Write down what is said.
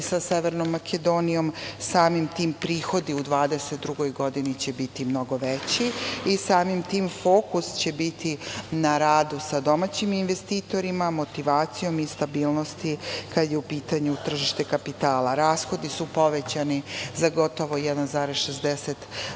sa Severnom Makedonijom. Samim tim prihodu u 2022. godini će biti mnogo veći i samim tim fokus će biti na radu sa domaćim investitorima, motivacijom i stabilnosti kada je u pitanju tržište kapitala. Rashodi su povećani za gotovo 1,60,